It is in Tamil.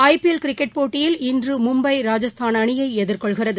ஐ பிஎல் கிரிக்கெட் போட்டியில் இன்றுமும்பை ராஜஸ்தான் அணியைஎதிர்கொள்கிறது